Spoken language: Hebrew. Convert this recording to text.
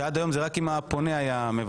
עד היום זה רק אם הפונה היה מבקש?